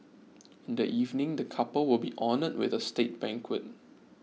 in the evening the couple will be honoured with a state banquet